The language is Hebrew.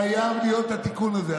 חייב להיות התיקון הזה.